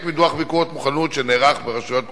מדוח ביקורת מוכנות שנערך ברשויות מקומיות.